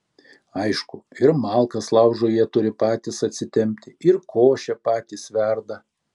aišku ir malkas laužui jie turi patys atsitempti ir košę patys verda